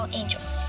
angels